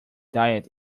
diet